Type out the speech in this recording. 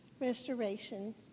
restoration